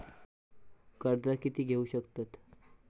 कर्ज कीती घेऊ शकतत?